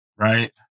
right